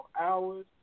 hours